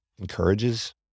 encourages